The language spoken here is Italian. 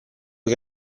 che